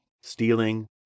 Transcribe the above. stealing